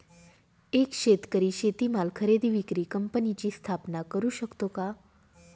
एक शेतकरी शेतीमाल खरेदी विक्री कंपनीची स्थापना करु शकतो का?